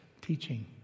teaching